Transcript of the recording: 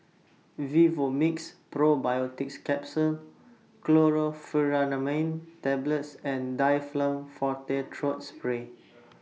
Vivomixx Probiotics Capsule Chlorpheniramine Tablets and Difflam Forte Throat Spray